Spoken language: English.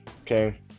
okay